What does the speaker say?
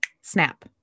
snap